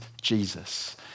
Jesus